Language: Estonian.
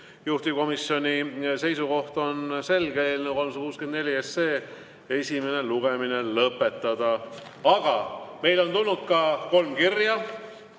Juhtivkomisjoni seisukoht on selge: eelnõu 364 esimene lugemine lõpetada. Aga meile on tulnud ka kolm kirja.